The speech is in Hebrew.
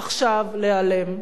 צריכה עכשיו להיעלם.